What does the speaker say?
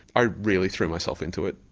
i really threw myself into it,